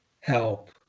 help